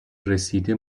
رسیده